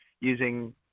using